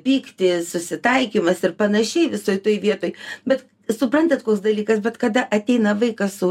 pyktis susitaikymas ir panašiai visoj toj vietoj bet suprantat koks dalykas bet kada ateina vaikas su